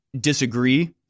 disagree